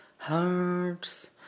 Hearts